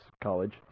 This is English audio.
college